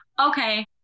okay